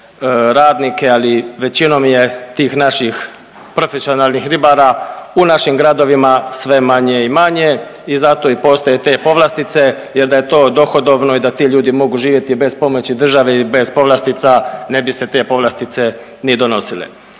radnike, ali većinom je tih naših profesionalnih ribara u našim gradovima sve manje imanje i zato i postoje te povlastite jer da je to dohodovno i da ti ljudi mogu živjeti bez pomoći države i bez povlastica ne bi se te povlastice ni donosile.